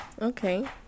Okay